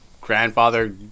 grandfather